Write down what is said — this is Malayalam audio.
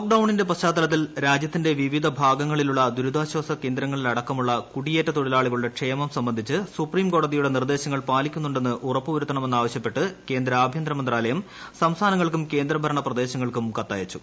ലോക്ക്ഡൌണിന്റെ പശ്ചാത്തലത്തിൽ രാജ്യത്തിന്റെ വിവിധ ഭാഗങ്ങളിലുള്ള ദുരിതാശ്വാസകേന്ദ്രങ്ങളിലടക്കമുള്ള കുടിയേറ്റ തൊഴിലാളികളുടെ ക്ഷേമം സംബന്ധിച്ച് സുപ്രീം കോടതിയുടെ നിർദ്ദേശങ്ങൾ പാല്പിക്കുന്നുണ്ടെന്ന് ഉറപ്പുവരുത്തണമെന്നാവശ്യപ്പെട്ട് ക്യൂന്ദു ആഭ്യന്തര മന്ത്രാലയം സംസ്ഥാനങ്ങൾക്കും കേന്ദ്ര ഭരണപ്രിദ്ദേശങ്ങൾക്കും കത്തയച്ചു